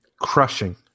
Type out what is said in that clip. Crushing